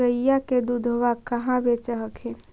गईया के दूधबा कहा बेच हखिन?